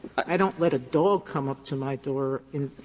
i don't let a dog come up to my door